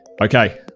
Okay